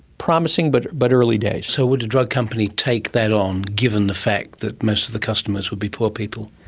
promising, but but early days. so would a drug company take that on, given the fact that most of the customers would be poor people?